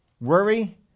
Worry